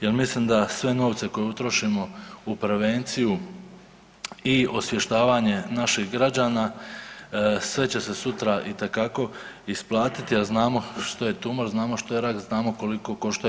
Jer mislim da sve novce koje utrošimo u prevenciju i osvještavanje naših građana, sve će se sutra itekako isplatiti a znamo što je tumor, znamo što je rak, znamo koliko koštaju.